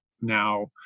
now